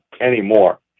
anymore